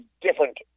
different